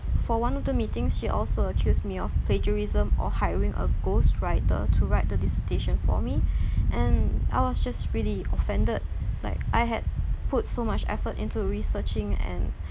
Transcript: for one of the meetings she also accused me of plagiarism or hiring a ghostwriter to write the dissertation for me and I was just really offended like I had put so much effort into researching and